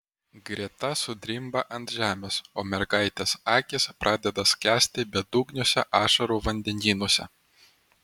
greta sudrimba ant žemės o mergaitės akys pradeda skęsti bedugniuose ašarų vandenynuose